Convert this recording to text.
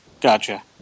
gotcha